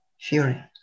fury